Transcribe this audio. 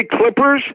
Clippers